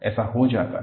ऐसा हो जाता है